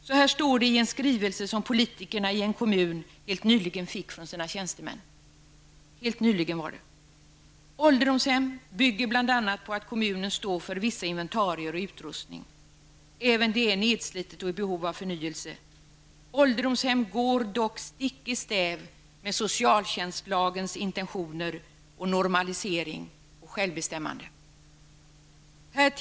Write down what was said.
Följande står skrivet i en skrivelse som politikerna i en kommun helt nyligen fick från sina tjänstemän: Ålderdomshem bygger bl.a. på att kommunen står för vissa inventarier och utrustning. Även det är nedslitet och i behov av förnyelse. Ålderdomshem går dock stick i stäv med socialtjänstlagens intentioner om normalisering och självbestämmande.